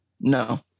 No